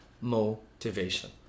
motivation